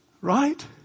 Right